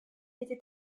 était